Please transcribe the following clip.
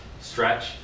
stretch